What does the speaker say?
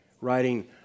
writing